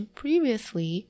previously